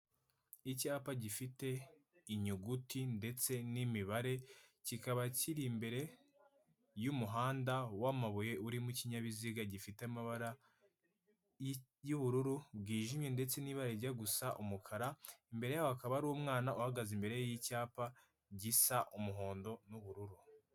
Icyapa gifite inyuguti ndetse n'imibare kikaba kiri imbere y'umuhanda w'amabuye urimo ikinyabiziga gifite amabara y'ubururu bwijimye ndetse n'ibara rijya gusa umukara imbere hakaba ari umwana uhagaze imbere yi'cyapa gisa umuhondo n'ubururu.